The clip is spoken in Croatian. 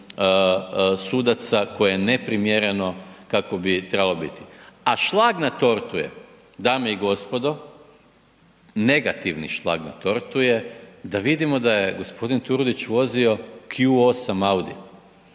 sudaca koje je neprimjereno kakvo bi trebalo biti. A šlag na tortu je dame i gospodo, negativni šlag na tortu je da vidimo da je g. Turudić vozio Q8 Audi